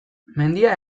mendia